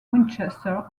winchester